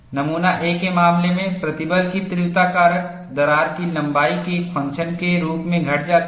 नमूना A के मामले में प्रतिबल की तीव्रता कारक दरार की लंबाई के एक फंक्शन के रूप में घट जाती है